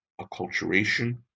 acculturation